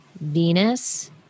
Venus